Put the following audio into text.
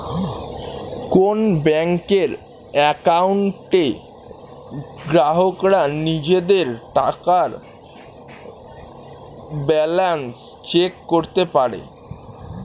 কোন ব্যাংকের অ্যাকাউন্টে গ্রাহকরা নিজেদের টাকার ব্যালান্স চেক করতে পারে